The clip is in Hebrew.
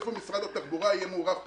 איפה משרד התחבורה יהיה מעורב פרטנית,